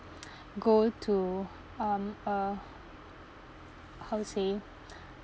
go to um uh how to say